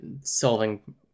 solving